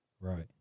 Right